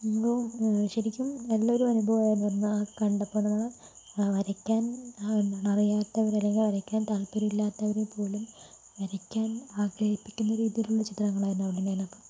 എന്തോ ശരിക്കും നല്ല ഒരു അനുഭവമായിരുന്നു എന്നാൽ കണ്ടപ്പോൾ നമ്മൾ വരക്കാൻ അറിയാത്തവർ അല്ലെങ്കിൽ വരക്കാൻ താത്പര്യം ഇല്ലാത്തവരെ പോലും വരക്കാൻ ആഗ്രഹിപ്പിക്കുന്ന ഒരു ഇതിലുള്ള ചിത്രങ്ങളായിരുന്നു അവിടെ ഉണ്ടായിരുന്നത് അപ്പോൾ